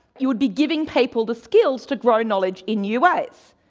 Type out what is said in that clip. you would be giving people the skills to grow knowledge in new ways.